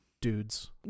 Dudes